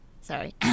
Sorry